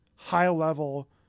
high-level